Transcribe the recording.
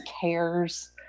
cares